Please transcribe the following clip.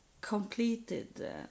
completed